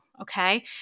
Okay